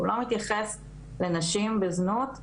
הוא לא מתייחס לנשים בזנות,